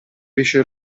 pesce